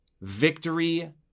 victory